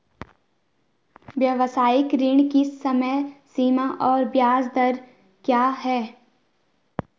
व्यावसायिक ऋण की समय सीमा और ब्याज दर क्या है?